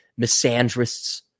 misandrists